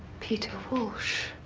peter walsh.